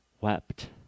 wept